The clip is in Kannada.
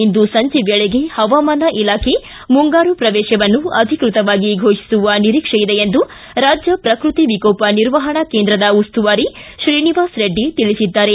ಇಂದು ಸಂಜೆ ವೇಳೆಗೆ ಹವಾಮಾನ ಇಲಾಖೆ ಮುಂಗಾರು ಪ್ರವೇಶವನ್ನು ಅಧಿಕೃತವಾಗಿ ಘೋಷಿಸುವ ನಿರೀಕ್ಷೆಯಿದೆ ಎಂದು ರಾಜ್ಯ ಪ್ರಕೃತಿ ವಿಕೋಪ ನಿರ್ವಹಣಾ ಕೇಂದ್ರ ಉಸ್ತುವಾರಿ ಶ್ರೀನಿವಾಸ ರೆಡ್ಡಿ ತಿಳಿಸಿದ್ದಾರೆ